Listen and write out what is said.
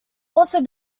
also